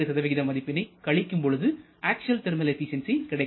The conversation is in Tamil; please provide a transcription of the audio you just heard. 2 மதிப்பினை கழிக்கும்போது அக்சுவல் தெர்மல் எபிசென்சி கிடைக்கும்